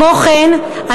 כמו כן,